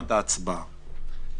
מבחינת ההצבעה.